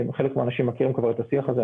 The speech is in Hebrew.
חלק מהאנשים מכירים כבר את השיח הזה,